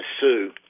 Sue